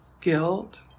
guilt